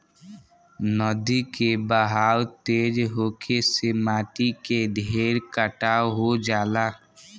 नदी के बहाव तेज होखे से माटी के ढेर कटाव हो जाला